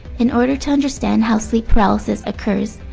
in order to understand how sleep paralysis occurs,